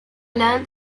learnt